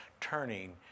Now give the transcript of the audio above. turning